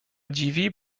dziwi